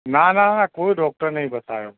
ના ના ના કોઈ ડોક્ટર નથી બતાવ્યો